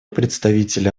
представителя